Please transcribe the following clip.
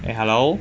eh hello